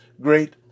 great